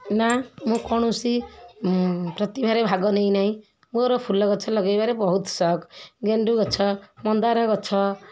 ନା ମୁଁ କୌଣସି ପ୍ରତିଭାରେ ଭାଗ ନେଇ ନାହିଁ ମୋର ଫୁଲ ଗଛ ଲଗାଇବାରେ ବହୁତ ସଉକ୍ ଗେଣ୍ଡୁ ଗଛ ମନ୍ଦାର ଗଛ